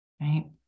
Right